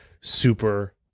super